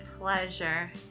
pleasure